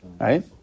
Right